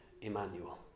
Emmanuel